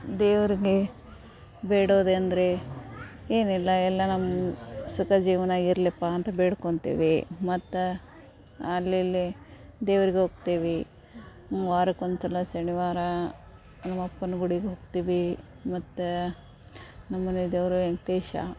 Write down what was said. ದೇವ್ರಿಗೆ ಬೇಡೋದೆಂದರೆ ಏನಿಲ್ಲ ಎಲ್ಲ ನಮ್ಮ ಸುಖ ಜೀವನ ಇರ್ಲಪ್ಪ ಅಂತ ಬೇಡ್ಕೊತೆವಿ ಮತ್ತು ಅಲ್ಲಿ ಇಲ್ಲಿ ದೇವ್ರ್ಗೆ ಹೋಗ್ತೇವಿ ವಾರಕ್ಕೆ ಒಂದು ಸಲ ಶನಿವಾರ ನಮ್ಮ ಅಪ್ಪನ ಗುಡಿಗೆ ಹೋಗ್ತೀವಿ ಮತ್ತು ನಮ್ಮ ಮನೆ ದೇವರು ವೆಂಕ್ಟೇಶ